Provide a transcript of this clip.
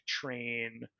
train